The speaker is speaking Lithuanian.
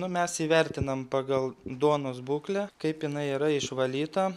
nu mes įvertinam pagal duonos būklę kaip jinai yra išvalyta